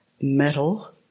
metal